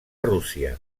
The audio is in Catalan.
rússia